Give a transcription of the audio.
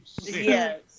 Yes